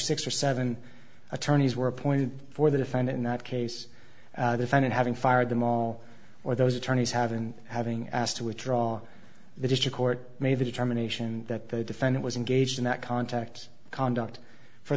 six or seven attorneys were appointed for the defendant not case defendant having fired them all or those attorneys have been having asked to withdraw the district court made the determination that they defend it was engaged in that contact conduct for